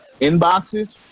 inboxes